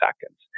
seconds